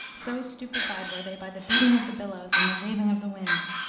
so stupefied were they by the beating of the billows and the raving of the winds.